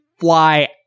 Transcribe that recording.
Fly